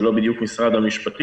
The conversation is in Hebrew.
זה לא בדיוק משרד המשפטים.